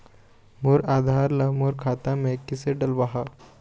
मोर आधार ला मोर खाता मे किसे डलवाहा?